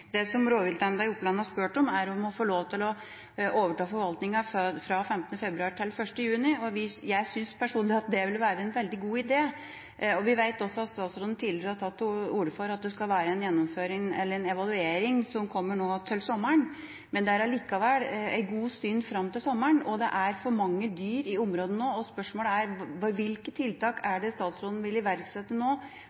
Det som Rovviltnemnda i Oppland har spurt om, er å få lov til å overta forvaltningen fra 15. februar til 1. juni, og jeg syns personlig at det ville være en veldig god idé. Vi vet også at statsråden tidligere har tatt til orde for at det skal være en evaluering, som kommer nå til sommeren, men det er allikevel en god stund fram til sommeren, og det er for mange dyr i området nå. Spørsmålet er: Hvilke tiltak